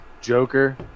joker